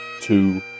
two